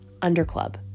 Underclub